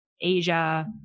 asia